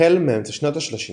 החל מאמצע שנות ה-30